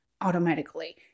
automatically